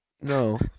No